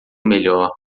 melhor